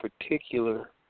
particular